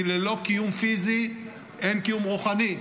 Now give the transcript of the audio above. כי ללא קיום פיזי אין קיום רוחני,